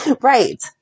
Right